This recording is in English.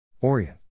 Orient